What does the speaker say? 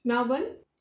melbourne